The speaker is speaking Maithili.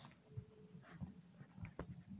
जैविक खेती के तहत कोंन कोंन सब्जी अच्छा उगावय पारे छिय?